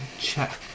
check